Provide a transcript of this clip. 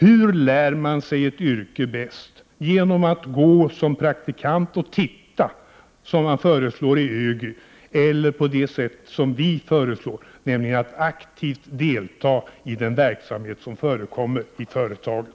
Hur lär man sig ett yrke bäst? Är det genom att man går som praktikant och tittar, som föreslås i ÖGY, eller genom att man såsom vi föreslår aktivt deltar i den verksamhet som förekommer vid företaget?